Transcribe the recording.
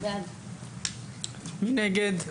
מי נגד?